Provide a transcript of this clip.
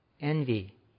envy